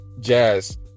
jazz